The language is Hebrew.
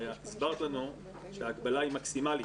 הרי הסברת לנו שההגבלה היא מקסימלית,